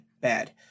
bad